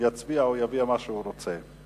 יצביע או יביע מה שהוא רוצה.